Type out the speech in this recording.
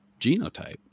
genotype